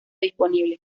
disponible